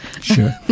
Sure